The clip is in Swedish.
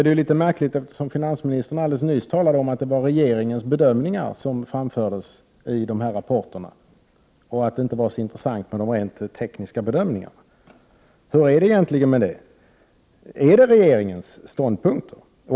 Det är märkligt, eftersom finansministern alldeles nyss sade att det var regeringens bedömning som framfördes i de här rapporterna och att de rent tekniska bedömningarna inte var så intressanta. Hur är det egentligen — är det regeringens ståndpunkter?